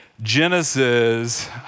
Genesis